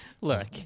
Look